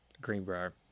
Greenbrier